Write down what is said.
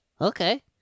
Okay